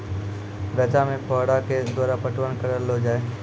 रचा मे फोहारा के द्वारा पटवन करऽ लो जाय?